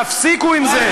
תפסיקו עם זה.